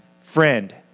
friend